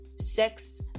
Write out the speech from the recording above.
sex